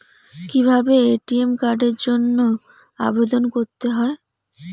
কিভাবে এ.টি.এম কার্ডের জন্য আবেদন করতে হয়?